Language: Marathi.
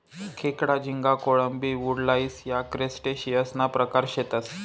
खेकडा, झिंगा, कोळंबी, वुडलाइस या क्रस्टेशियंससना प्रकार शेतसं